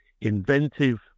inventive